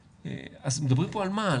אז מדברים פה על מה?